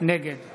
נגד